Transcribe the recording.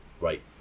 right